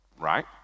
right